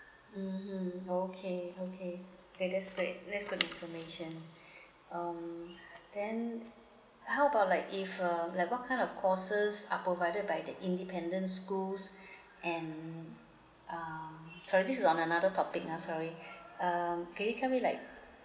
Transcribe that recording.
mmhmm okay okay okay that's great that's good information um then how about like if um like what kind of courses are provided by the independent schools and um sorry this is on another topic uh sorry um can we like